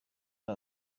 ari